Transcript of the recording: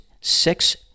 six